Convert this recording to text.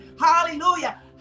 hallelujah